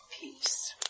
Peace